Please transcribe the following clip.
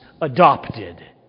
adopted